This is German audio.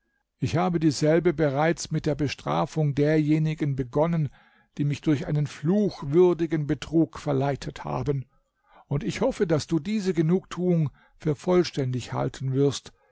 ich habe dieselbe bereits mit der bestrafung derjenigen begonnen die mich durch einen fluchwürdigen betrug verleitet haben und ich hoffe daß du diese genugtuung für vollständig halten wirst